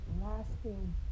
lasting